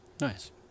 Nice